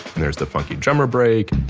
there's the funky drummer break,